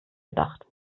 gedacht